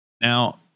Now